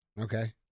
Okay